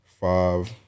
five